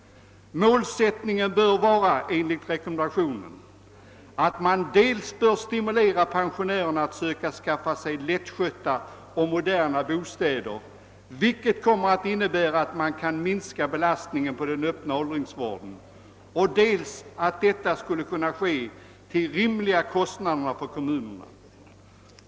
Målsättningen bör enligt rekommendationen vara dels att man stimulerar pensionärerna att söka skaffa sig lättskötta och moderna bostäder, något som innebär att man kan minska belastningen på den öppna åldringsvården, dels att detta skall kunna ske till rimliga kostnader för kommunerna.